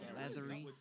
leathery